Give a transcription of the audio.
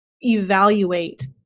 evaluate